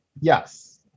Yes